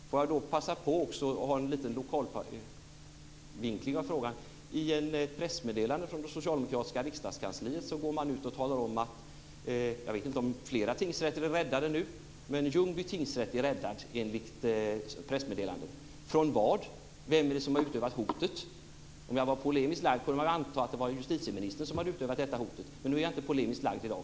Får jag också passa på att göra en liten lokal vinkling av frågan. I ett pressmeddelande från det socialdemokratiska riksdagskansliet går man ut och talar om att Ljungby tingsrätt är räddad. Jag vet inte om det gäller flera tingsrätter. Från vad? Vem är det som har utövat hotet? Om jag var polemiskt lagd kunde jag anta att det var justitieministern som hade utövat hotet. Men jag är inte polemiskt lagd i dag.